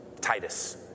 Titus